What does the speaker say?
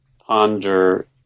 ponder